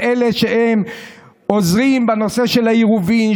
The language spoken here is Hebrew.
לאלה שעוזרים בנושא של העירובים,